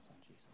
Jesus